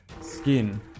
skin